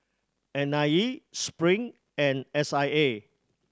N I E Spring and S I A